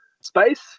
space